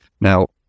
Now